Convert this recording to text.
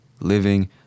Living